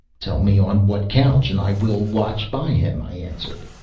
tell me on what couch, and i will watch by him, i answered.